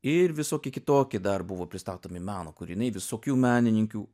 ir visokie kitokie dar buvo pristatomi meno kūriniai visokių menininkių